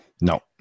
No